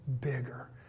bigger